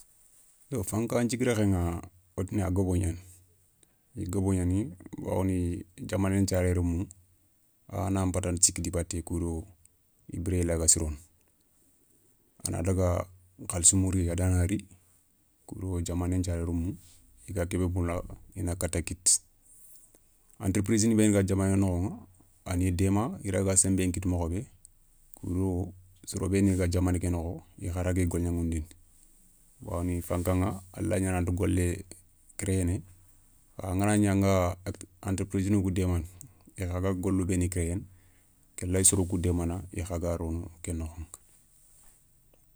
Yo fanka nthigui rekheηa wotina a guébé gnani, i gobo gnani bawoni diamanen thiaré remou, a ya na npatanta siki di batté, kou do i biréyé laga sirono, a na dagga khalsi mouri a da na ri koudo diamanén thiaré remmu i ga kébé moula i na katta kitta. entreprise ni beni ga diamané nokhoηa a ni déma i ragga senbe nkitta mokho bé, kou do soro béénou ga diamané ké nokho i kha ragui golgnaηundini. bawoni fankaηa a lawa gnana anta gollé créené, kha angana gna anga entreprise ni kou démana a khaga golou bénou créeene ké layi soro kou démana i kha ga rono ké nokho.